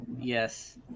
Yes